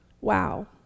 Wow